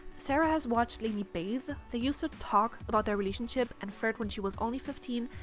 sarah has watched lainey bathe, they used to talk about their relationship and flirt when she was only fifteen,